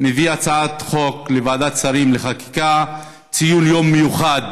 אני מביא הצעת חוק לוועדת שרים לחקיקה: ציון יום מיוחד